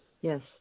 Yes